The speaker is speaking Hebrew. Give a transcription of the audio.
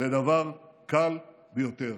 לדבר קל ביותר,